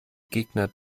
gegner